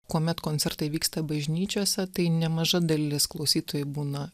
kuomet koncertai vyksta bažnyčiose tai nemaža dalis klausytojų būna